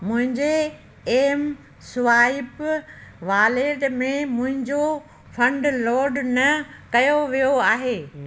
मुंहिंजे M swipe wallet में मुंहिंजो फंड लोड न कयो वियो आहे